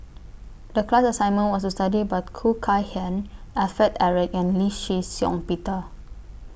The class assignment was to study about Khoo Kay Hian Alfred Eric and Lee Shih Shiong Peter